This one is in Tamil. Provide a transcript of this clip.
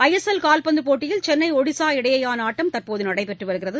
ஐஎஸ்எல் கால்பந்தபோட்டியில் சென்னை ஒடிசா இடையேயானஆட்டம் தற்போதநடைபெற்றுவருகிறது